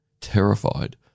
terrified